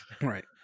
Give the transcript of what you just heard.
Right